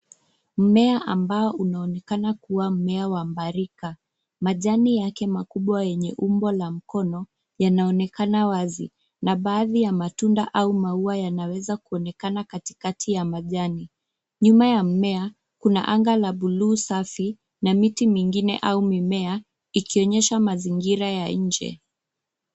Mmea ambao unaonekana kuwa mmea wa mbarika. Majani yake makubwa yenye umbo la mkono, yanaonekana wazi, na baadhi ya matunda au maua yanaweza kuonekana katikati ya majani. Nyuma ya mmea, kuna anga la blue safi, na miti mingine au mimea, ikionyesha mazingira ya nje.